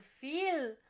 feel